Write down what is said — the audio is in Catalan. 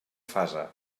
fase